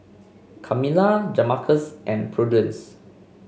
Kamila Jamarcus and Prudence